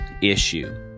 issue